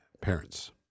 parents